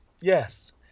Yes